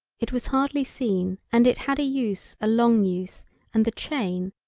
it was hardly seen and it had a use a long use and the chain,